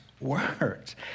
words